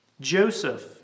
Joseph